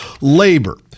labor